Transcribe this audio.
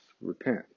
repent